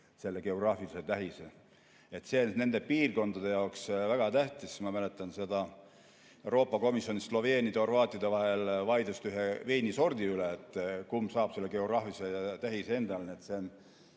See on nende piirkondade jaoks väga tähtis. Ma mäletan Euroopa Komisjonis sloveenide ja horvaatide vahel vaidlust ühe veinisordi üle, et kumb saab selle geograafilise tähise endale.